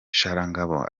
sharangabo